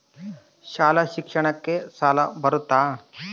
ಶಾಲಾ ಶಿಕ್ಷಣಕ್ಕ ಸಾಲ ಬರುತ್ತಾ?